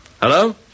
Hello